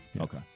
Okay